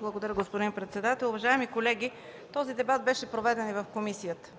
Благодаря, господин председател. Уважаеми колеги, този дебат беше проведен и в комисията.